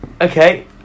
Okay